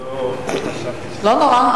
חשבתי, לא נורא.